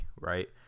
right